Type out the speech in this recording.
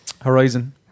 Horizon